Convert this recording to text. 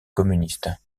communiste